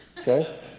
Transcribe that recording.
okay